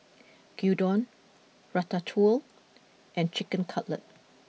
Gyudon Ratatouille and Chicken Cutlet